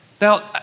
Now